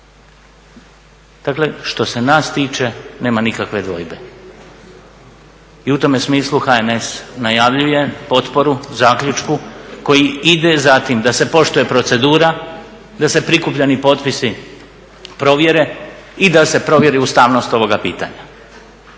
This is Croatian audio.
dakle što se nas tiče nema nikakve dvojbe. I u tome smislu HNS najavljuje potporu zaključku koji ide za tim da se poštuje procedura, da se prikupljani potpisi provjere i da se provjeri ustavnost ovoga pitanja.